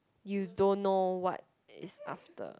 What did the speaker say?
you don't know what is after